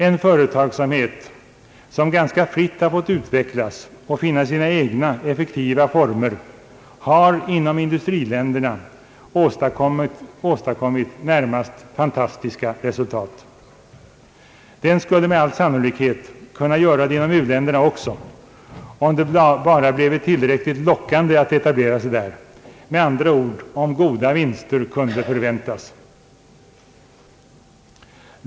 Den företagsamhet som ganska fritt fått utvecklas och finna sina egna effektiva former har inom <industriländerna åstadkommit närmast fantastiska resultat. Den skulle med all säkerhet kunna göra det också inom u-länderna, om det bara bleve tillräckligt lockande att etablera sig där, med andra ord om goda vinster kunde förväntas.